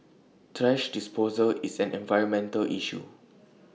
thrash disposal is an environmental issue